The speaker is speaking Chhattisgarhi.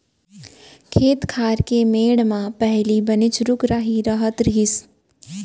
खेत खार के मेढ़ म पहिली बनेच रूख राई रहत रहिस